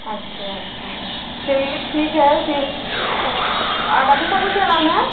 अच्छा अच्छा चलिए ठीक है फिर और डाक्टर साहब का क्या नाम है